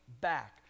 back